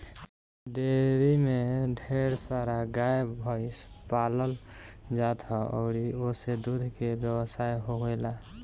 dairy में ढेर सारा गाए भइस पालल जात ह अउरी ओसे दूध के व्यवसाय होएला